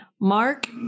Mark